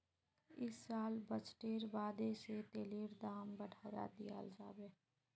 इस साल बजटेर बादे से तेलेर दाम बढ़ाय दियाल जाबे